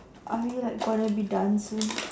are we like gonna be done soon